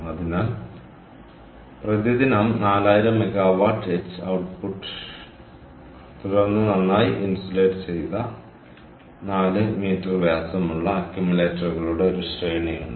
അതിനാൽ പ്രതിദിനം 4000 megawatt H output എല്ലാം ശരിയാണ് തുടർന്ന് നന്നായി ഇൻസുലേറ്റ് ചെയ്ത 4 മീറ്റർ വ്യാസമുള്ള അക്യുമുലേറ്ററുകളുടെ ഒരു ശ്രേണിയുണ്ട്